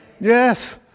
Yes